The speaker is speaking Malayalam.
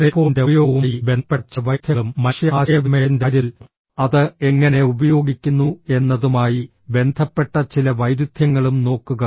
ടെലിഫോണിന്റെ ഉപയോഗവുമായി ബന്ധപ്പെട്ട ചില വൈരുദ്ധ്യങ്ങളും മനുഷ്യ ആശയവിനിമയത്തിന്റെ കാര്യത്തിൽ അത് എങ്ങനെ ഉപയോഗിക്കുന്നു എന്നതുമായി ബന്ധപ്പെട്ട ചില വൈരുദ്ധ്യങ്ങളും നോക്കുക